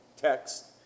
text